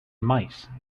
mice